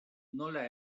nola